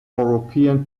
european